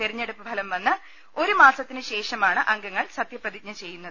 തെരഞ്ഞെ ടുപ്പ് ഫലം വന്ന് ഒരുമാസത്തിന് ശേഷമാണ് അംഗങ്ങൾ സത്യപ്രതിജ്ഞ ചെയ്യുന്നത്